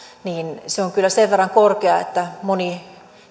on kyllä sen verran korkea että moni